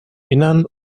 innern